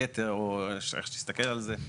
היתר או איך שתסתכל על זה,